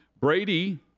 Brady